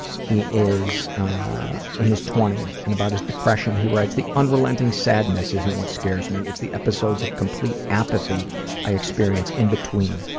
he is in his twenty s, and about his depression, he writes the unrelenting sadness isn't what scares me. it's the episodes of complete apathy i experience in between.